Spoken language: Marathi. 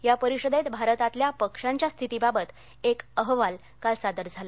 या परिषदेत भारतातल्या पक्ष्यांच्या स्थितीबाबत एक अहवाल काल सादर झाला